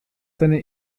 seine